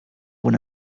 una